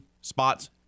spots